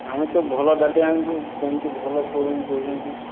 ଆମେ ତ ଭଲ ଡାଲି ଆଣୁଛୁ କେମିତି ଭଲ ପଡ଼ୁନି କହୁଛନ୍ତି